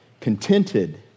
contented